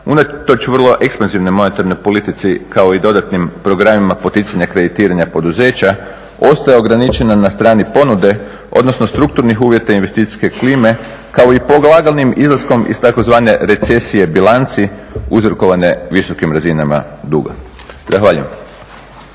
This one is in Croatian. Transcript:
unatoč vrlo ekspanzivnoj monetarnoj politici kao i dodatnim programima poticanja kreditiranja poduzeća ostaje ograničenja na strani ponude, odnosno strukturnih uvjeta investicijske klime kao i polaganim izlaskom iz tzv. recesije bilanci uzrokovane visokim razinama duga.